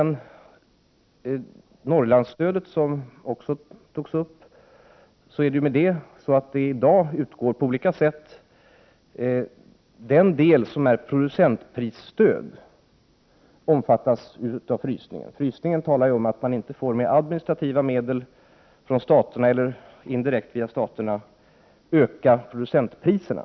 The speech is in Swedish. Norrlandsstödet, som också togs upp, utgår i dag på olika sätt. Den del som är producentprisstöd omfattas av frysningen. Enligt denna får man inte med administrativa medel från staterna eller indirekt via staterna öka producentpriserna.